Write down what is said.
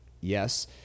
Yes